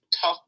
Tough